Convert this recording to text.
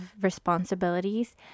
responsibilities